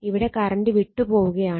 ഇവിടെ കറണ്ട് വിട്ട് പോവുകയാണ്